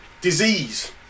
disease